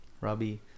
Robbie